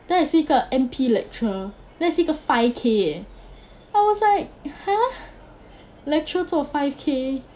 then I see 一个 N_P lecturer then I see 一个 five K eh I was like !huh! lecturer 做 five K